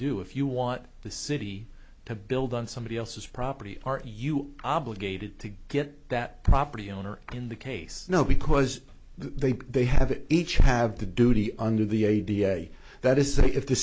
do if you want the city to build on somebody else's property are you obligated to get that property owner in the case no because they they have each have the duty under the a d f a that is if the